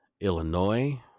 Illinois